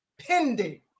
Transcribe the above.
pending